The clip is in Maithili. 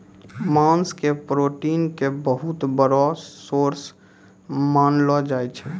मांस के प्रोटीन के बहुत बड़ो सोर्स मानलो जाय छै